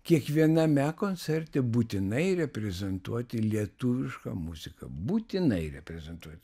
kiekviename koncerte būtinai reprezentuoti lietuvišką muziką būtinai reprezentuoti